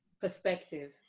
Perspective